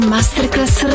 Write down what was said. Masterclass